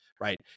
right